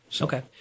Okay